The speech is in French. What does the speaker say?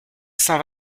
saint